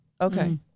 Okay